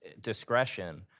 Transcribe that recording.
discretion